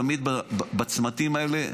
והייתי רואה אותם תמיד בצמתים האלה,